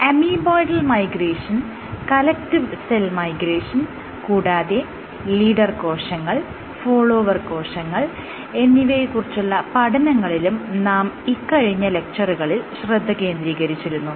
amoeboidal migration collective cell migration കൂടാതെ leader കോശങ്ങൾ follower കോശങ്ങൾ എന്നിവയെ കുറിച്ചുള്ള പഠനങ്ങളിലും നാം ഇക്കഴിഞ്ഞ ലെക്ച്ചറുകളിൽ ശ്രദ്ധ കേന്ദ്രീകരിച്ചിരുന്നു